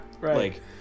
right